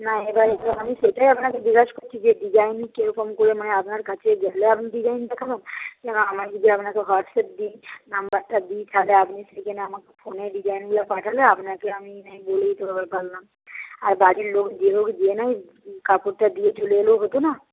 না আমি এবার আমি সেইটাই আপনাকে জিগাস করছি যে ডিজাইন কীরকম করে মানে আপনার কাছে গেলে আমি ডিজাইন দেখবো আমায় যদি আপনাকে হোয়াটসঅ্যাপ দিই নাম্বারটা দিই তাহলে আপনি ডিজাইন আমাকে ফোনে ডিজাইন দিয়ে পাঠালে আপনাকে আমি নয় আমি বলে দিতে পারলাম আর বাড়ির লোক গিয়ে নয় কাপড়টা দিয়ে চলে এলেও হতো না